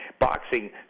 boxing